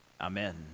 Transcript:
Amen